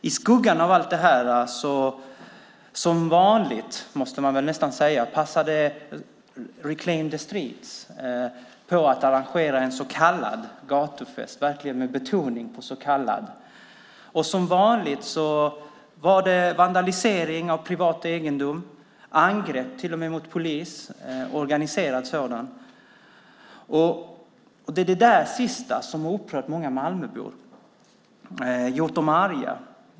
I skuggan av allt detta passade, som vanligt måste man väl nästan säga, Reclaim the Streets på att arrangera en så kallad gatufest, med betoning på så kallad. Som vanligt vandaliserades privat egendom och polisen utsattes för organiserade angrepp. Det har upprört många Malmöbor och gjort dem arga.